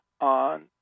on